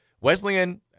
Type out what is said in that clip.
Wesleyan